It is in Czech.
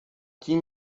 tím